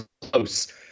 close